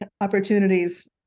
opportunities